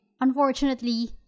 unfortunately